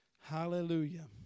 Hallelujah